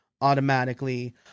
automatically